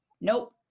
nope